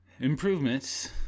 improvements